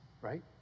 right